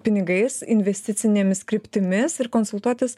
pinigais investicinėmis kryptimis ir konsultuotis